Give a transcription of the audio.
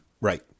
right